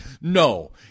no